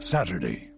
Saturday